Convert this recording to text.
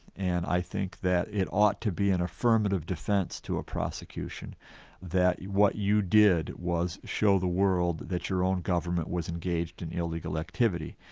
and i think that it ought to be an affirmative defence to a prosecution that what you did was show the world that your own government was engaged in illegal activity.